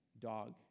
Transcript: Dog